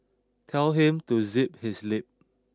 tell him to zip his lip